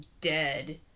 dead